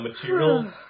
material